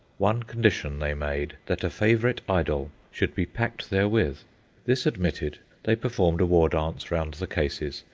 one condition they made that a favourite idol should be packed therewith this admitted, they performed a war dance round the cases,